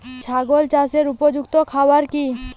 ছাগল চাষের উপযুক্ত খাবার কি কি?